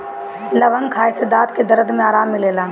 लवंग खाए से दांत के दरद में आराम मिलेला